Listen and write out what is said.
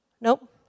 Nope